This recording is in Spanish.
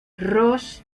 ross